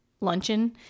luncheon